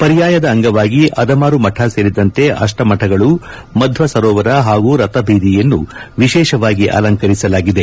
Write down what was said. ಪರ್ಯಾಯದ ಅಂಗವಾಗಿ ಅದಮಾರು ಮಠ ಸೇರಿದಂತೆ ಅಷ್ಠ ಮಠಗಳು ಮಧ್ವ ಸರೋವರ ಹಾಗೂ ರಥಬೀದಿಯನ್ನು ವಿಶೇಷವಾಗಿ ಅಲಂಕರಿಸಲಾಗಿದೆ